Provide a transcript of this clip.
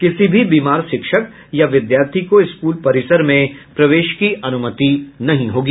किसी भी बीमार शिक्षक या विद्यार्थी को स्कूल परिसर में प्रवेश की अनुमति नहीं होगी